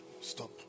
Stop